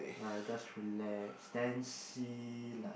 uh just relax then see like